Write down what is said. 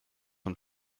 und